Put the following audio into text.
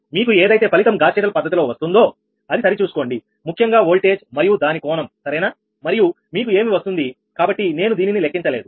మీకు ఏదైతే ఫలితం గాస్ సీడెల్ పద్ధతిలో వస్తుందో అది సరిచూసుకోండి ముఖ్యంగా ఓల్టేజ్ మరియు దాని కోణం సరేనా మరియు మీకు ఏమి వస్తుంది కాబట్టి నేను దీనిని లెక్కించలేదు